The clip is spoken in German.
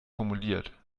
formuliert